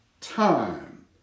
time